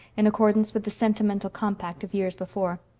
in accordance with the sentimental compact of years before.